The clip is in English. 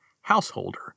householder